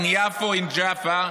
in Jaffa,